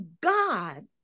God